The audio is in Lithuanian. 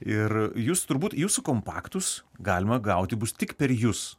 ir jūs turbūt jūsų kompaktus galima gauti bus tik per jus